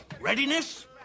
Readiness